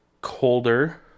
colder